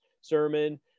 sermon